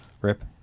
Rip